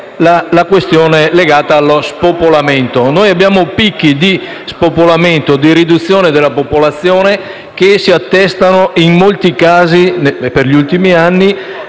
è quella legata allo spopolamento. Noi abbiamo picchi di spopolamento e di riduzione della popolazione che si attestano in molti casi, negli ultimi anni,